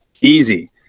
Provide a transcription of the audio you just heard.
easy